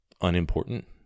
unimportant